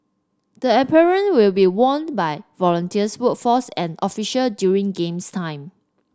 the apparel will be worn by volunteers workforce and official during games time